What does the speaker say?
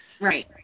Right